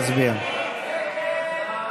אנחנו עוברים להסתייגות מס' 13. מצביעים על הסתייגות מס'